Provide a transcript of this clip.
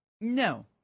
No